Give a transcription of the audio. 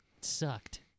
sucked